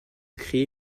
créer